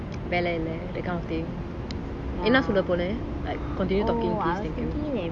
வெல்ல இல்ல:vella illa and that kind of thing என்ன சொல்ல போன:enna solla pona like continue talking